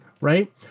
right